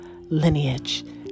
lineage